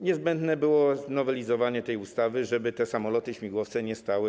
Niezbędne było znowelizowanie tej ustawy, żeby te samoloty i śmigłowce nie stały.